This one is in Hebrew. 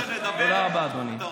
תודה רבה, אדוני.